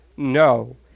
No